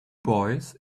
boys